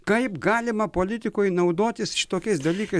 kaip galima politikui naudotis šitokiais dalykai